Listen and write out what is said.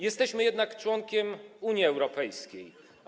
Jesteśmy jednak członkiem Unii Europejskiej.